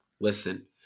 Listen